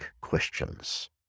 questions